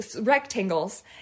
rectangles